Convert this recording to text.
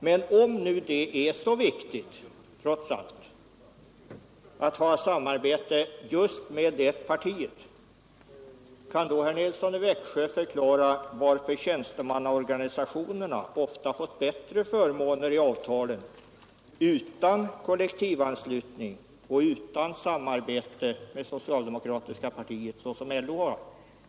Men om det är så viktigt, trots allt, att ha samarbete just med det partiet, kan då herr Nilsson i Växjö förklara varför tjänstemannaorganisationerna ofta fått bättre förmåner i avtalen utan kollektivanslutning och utan samarbete med socialdemokratiska partiet, såsom LO har haft?